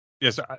Yes